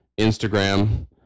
Instagram